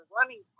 running